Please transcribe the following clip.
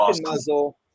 muzzle